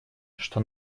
что